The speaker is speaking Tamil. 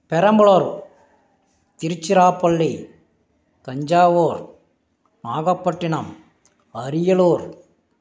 பெரம்பலூர் திருச்சிராப்பள்ளி தஞ்சாவூர் நாகப்பட்டிணம் அரியலூர்